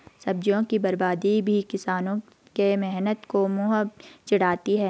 सब्जियों की बर्बादी भी किसानों के मेहनत को मुँह चिढ़ाती है